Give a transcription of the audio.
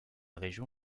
région